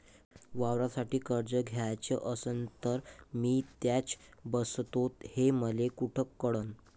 वावरासाठी कर्ज घ्याचं असन तर मी त्यात बसतो हे मले कुठ कळन?